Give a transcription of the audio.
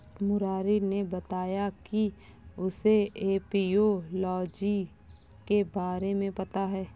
मुरारी ने बताया कि उसे एपियोलॉजी के बारे में पता है